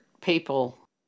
people